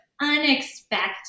unexpected